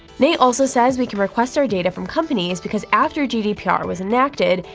nate also says we can request our data from companies, because after gdpr was enacted,